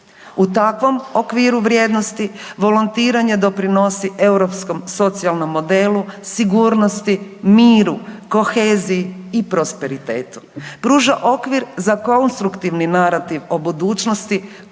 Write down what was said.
U takvom okviru vrijednosti volontiranje doprinosi europskom socijalnom modelu sigurnosti, miru, koheziji i prosperitetu, pruža okvir za konstruktivni narativ o budućnosti